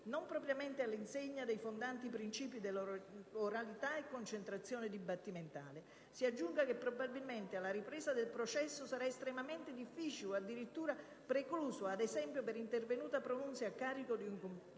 non propriamente all'insegna dei fondanti principi dell'oralità e concentrazione dibattimentale. Si aggiunga che, probabilmente, alla ripresa del processo sarà estremamente difficile o addirittura precluso (ad esempio, per intervenuta pronuncia a carico di un coimputato)